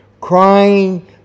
crying